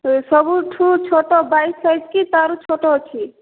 ଏ ସବୁଠୁ ଛୋଟ ବାଇଶ୍ ସାଇଜ୍ କି ତା'ର ଛୋଟ ଅଛି